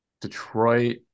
Detroit